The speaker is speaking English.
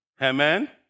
Amen